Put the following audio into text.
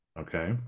okay